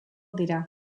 dira